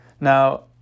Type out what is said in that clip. Now